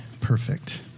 perfect